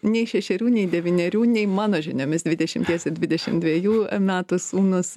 nei šešerių nei devynerių nei mano žiniomis dvidešimties ir dvidešim dvejų metų sūnūs